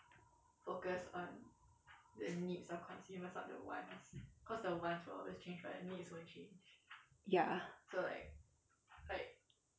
ya